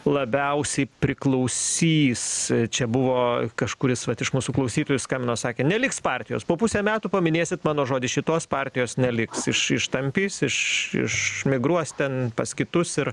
labiausiai priklausys čia buvo kažkuris vat iš mūsų klausytojų skambino sakė neliks partijos po pusė metų paminėsit mano žodį šitos partijos neliks iš ištampys iš išmigruos ten pas kitus ir